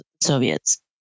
Soviets